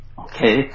okay